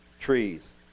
trees